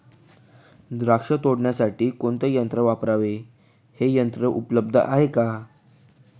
द्राक्ष तोडण्यासाठी कोणते यंत्र वापरावे? हे यंत्र उपलब्ध आहे का?